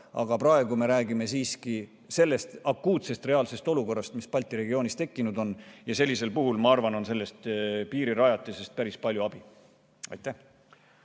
Aga praegu me räägime siiski sellest akuutsest reaalsest olukorrast, mis Balti regioonis tekkinud on, ja sellisel puhul, ma arvan, on sellest piirirajatisest päris palju abi. Aitäh!